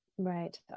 right